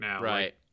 right